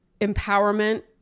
empowerment